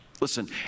Listen